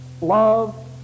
love